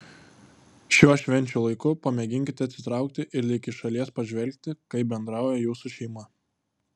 šiuo švenčių laiku pamėginkite atsitraukti ir lyg iš šalies pažvelgti kaip bendrauja jūsų šeima